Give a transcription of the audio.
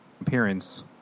appearance